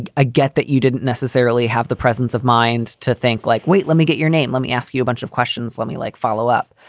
and i get that you didn't necessarily have the presence of mind to think like, wait, let me get your name. let me ask you a bunch of questions. let me like follow up.